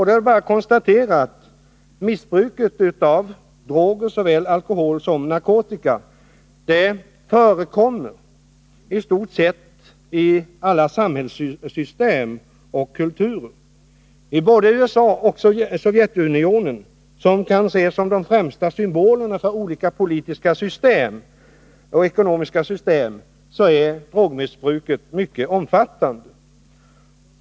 Det är bara att konstatera att missbruket av droger — såväl alkohol som narkotika — förekommer i stort sett i alla samhällssystem och kulturer. I både USA och Sovjetunionen, som kan ses som de främsta symbolerna för olika politiska och ekonomiska system, är drogmissbruket mycket omfattande.